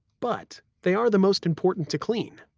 but they are the most important to clean.